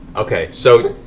okay, so,